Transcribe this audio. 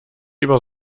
über